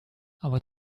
aber